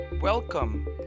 Welcome